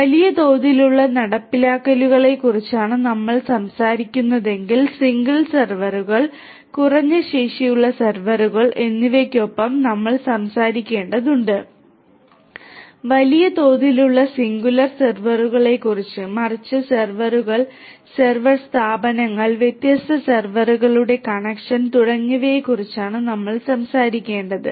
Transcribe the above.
വലിയ തോതിലുള്ള നടപ്പാക്കലുകളെക്കുറിച്ചാണ് നമ്മൾ സംസാരിക്കുന്നതെങ്കിൽ സിംഗിൾ സെർവറുകൾ കുറഞ്ഞ ശേഷിയുള്ള സെർവറുകൾ എന്നിവയ്ക്കപ്പുറം നമ്മൾ സംസാരിക്കേണ്ടതുണ്ട് വലിയ തോതിലുള്ള സിംഗുലർ സെർവറുകളെക്കുറിച്ചല്ല മറിച്ച് സെർവറുകൾ സെർവർ സ്ഥാപനങ്ങൾ വ്യത്യസ്ത സെർവറുകളുടെ കണക്ഷൻ തുടങ്ങിയവയെക്കുറിച്ചാണ് നമ്മൾ സംസാരിക്കേണ്ടത്